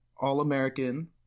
All-American